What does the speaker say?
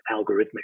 algorithmic